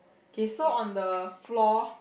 okay so on the floor